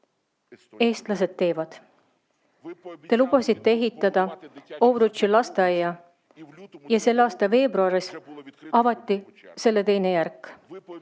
eestlased teevad. Te lubasite ehitada Ovrutši lasteaia ja selle aasta veebruaris avati selle teine järk.